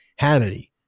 Hannity